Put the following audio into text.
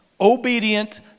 obedient